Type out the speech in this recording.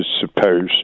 suppose